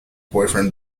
boyfriend